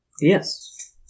Yes